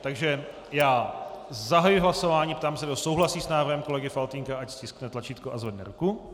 Takže já zahajuji hlasování a ptám se, kdo souhlasí s návrhem kolegy Faltýnka, ať stiskne tlačítko a zvedne ruku.